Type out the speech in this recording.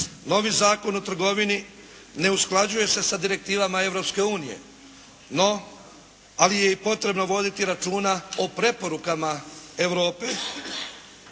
Novi Zakon o trgovini ne usklađuje se sa direktivama Europske unije. No, ali je i potrebno voditi računa o preporukama Europe